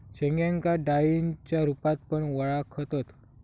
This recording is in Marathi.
शेंगांका डाळींच्या रूपात पण वळाखतत